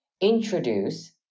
introduce